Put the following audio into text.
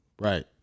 Right